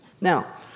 Now